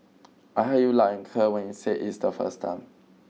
I heard you loud and clear when you said it's the first time